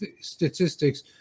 statistics